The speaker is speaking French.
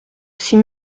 six